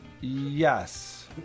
Yes